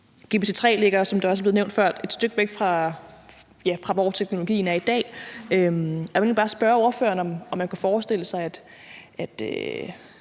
nævnt før, et stykke væk fra, hvor teknologien er i dag, og jeg vil egentlig bare spørge ordføreren, om man kunne forestille sig, at